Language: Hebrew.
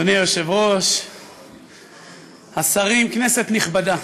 אדוני היושב-ראש, השרים, כנסת נכבדה,